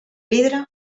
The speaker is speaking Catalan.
pedra